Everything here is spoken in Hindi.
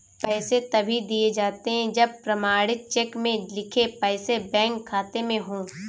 पैसे तभी दिए जाते है जब प्रमाणित चेक में लिखे पैसे बैंक खाते में हो